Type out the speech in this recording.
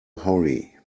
hurry